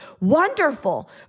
Wonderful